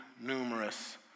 numerous